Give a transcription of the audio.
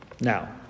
Now